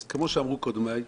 אז כמו שאמרו קודמיי,